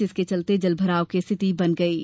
जिसके चलते जलभराव की स्थिति बन गई है